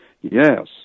Yes